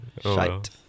Shite